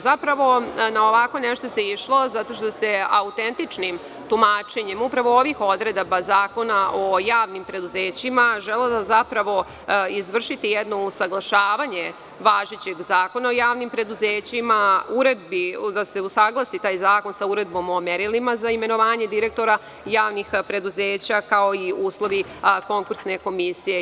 Zapravo, na ovako se nešto išlo zato što se autentičnim tumačenjem upravo ovih odredaba Zakona o javnim preduzećima želelo zapravo izvršiti jedno usaglašavanje važećeg Zakona o javnim preduzećima, uredbi da se usaglasi taj zakon sa Uredbom o merilima za imenovanje direktora javnih preduzeća kao i uslovi konkursne komisije.